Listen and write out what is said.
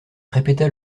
répéta